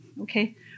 Okay